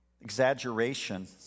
Exaggeration